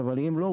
אבל אם לא,